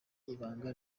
ibanga